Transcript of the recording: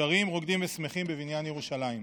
שרים, רוקדים ושמחים בבניין ירושלים.